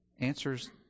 answers